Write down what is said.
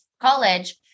college